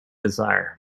desire